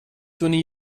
تونی